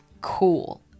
cool